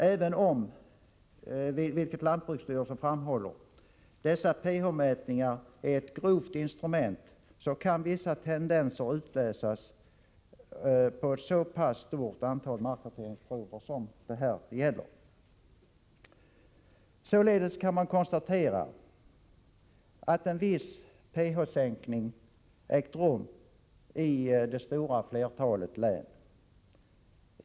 Även om -— vilket lantbruksstyrelsen framhåller — dessa pH mätningar är ett grovt instrument, så kan vissa tendenser utläsas då man har ett så pass stort antal markkarteringsprover som det här gäller. Således kan man konstatera att en viss pH-sänkning har ägt rum i det stora flertalet län.